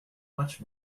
much